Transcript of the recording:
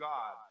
God